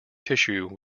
tissue